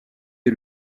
est